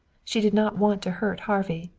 she did not want to hurt harvey.